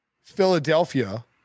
Philadelphia